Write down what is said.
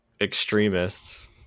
extremists